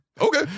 Okay